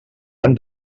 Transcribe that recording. han